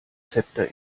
zepter